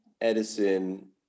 Edison